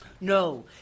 No